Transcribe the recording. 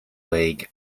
league